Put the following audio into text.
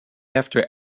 after